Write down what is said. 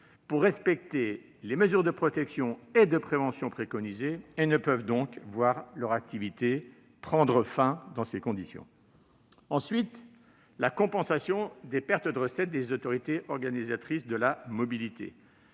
pour respecter les mesures de protection et de prévention préconisées, ne peuvent donc voir leur activité prendre fin dans ces conditions. Le deuxième point de vigilance est la compensation des pertes de recettes des autorités organisatrices de la mobilité